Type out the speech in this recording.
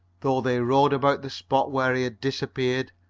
though they rowed about the spot where he had disappeared,